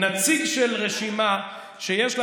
נציג של רשימה שיש לה,